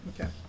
okay